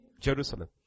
Jerusalem